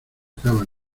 acaba